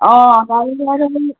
অঁ